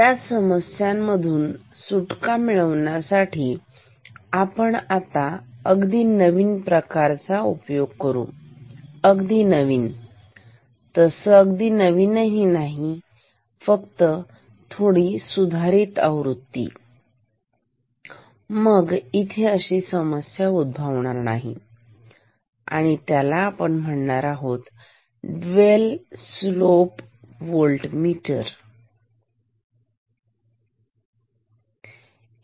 या समस्यांमधून सुटका मिळवण्यासाठी आपण आता अगदी नवीन प्रकाराचा उपयोग करू अगदी नवीन तस अगदी नवीन ही नाही थोडासा बदल केलेली सुधारित आवृत्ती इथे अशी समस्या उद्भवणार नाही ठीक तर याला म्हणतात dual slope voltmeter Dual Slope Voltmeter